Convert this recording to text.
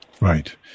Right